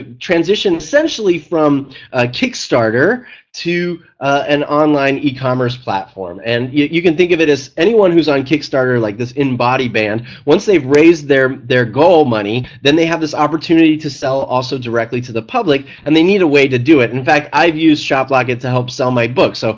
ah transition essentially from kickstarter to an online ecommerce platform. and yeah you can think of it as anyone who is on kickstarter, like this inbody band. once they've raised their their goal money then they have this opportunity to sell also directly to the public and they need a way to do it. in fact i have used shoplocket to help sell my books. so